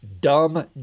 dumb